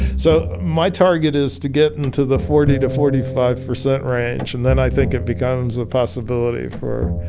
so, my target is to get into the forty to forty five percent range and then i think it becomes a possibility for